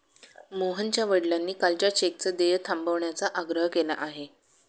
मोहनच्या वडिलांनी कालच्या चेकचं देय थांबवण्याचा आग्रह केला आहे